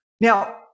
Now